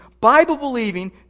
Bible-believing